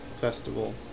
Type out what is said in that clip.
festival